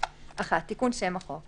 "תיקון שם החוק1.